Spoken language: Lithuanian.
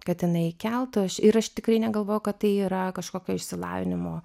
kad jinai keltų ir aš tikrai negalvojau kad tai yra kažkokio išsilavinimo